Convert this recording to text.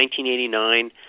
1989